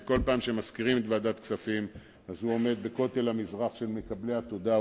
כל פעם שמזכירים את ועדת כספים הוא עומד בכותל המזרח של מקבלי התודה,